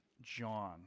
John